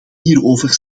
hierover